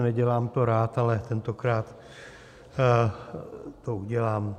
Nedělám to rád, ale tentokrát to udělám.